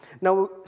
Now